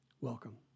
Welcome